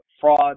fraud